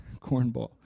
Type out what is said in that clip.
Cornball